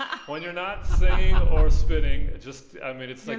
ah when you're not singing or spitting, just i mean, it's like.